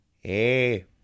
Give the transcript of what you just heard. Hey